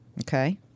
Okay